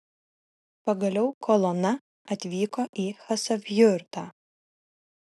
pagaliau kolona atvyko į chasavjurtą